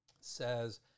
says